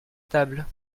table